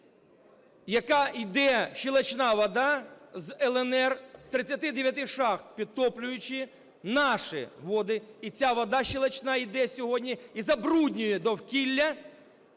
яка іде щелочна вода з "ЛНР", з 39 шахт, підтоплюючи наші води. І ця вода щелочна йде сьогодні і забруднює довкілля